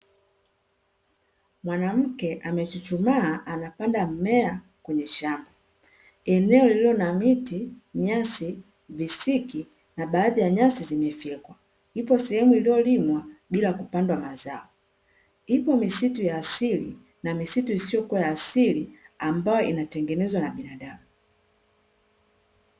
Mwanamke amechuchumaa anapanda mmea kwenye shamba, eneo lililo na miti, nyasi, visiki na baadhi ya nyasi zimefyekwa, ipo sehemu iliyolimwa bila kupandwa mazao, ipo misitu ya asili na misitu isiyokuwa ya asili ambayo inatengenezwa na binadamu.